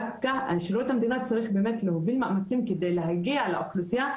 שירות המדינה צריך להוביל מאמצים כדי להגיע לאוכלוסייה.